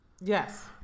Yes